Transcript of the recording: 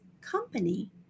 company